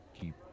keep